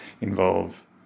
involve